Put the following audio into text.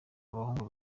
abahungu